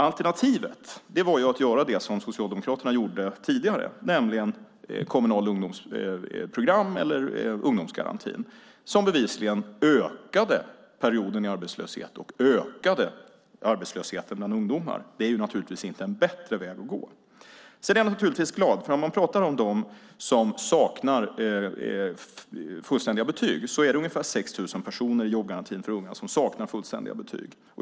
Alternativet var att göra det som Socialdemokraterna gjorde tidigare, nämligen kommunalt ungdomsprogram eller ungdomsgarantin som bevisligen ökade perioden i arbetslöshet och ökade arbetslösheten bland ungdomar. Det är naturligtvis inte en bättre väg att gå. Det är ungefär 6 000 personer i jobbgarantin för unga och i jobb och utvecklingsgarantin som saknar fullständiga betyg.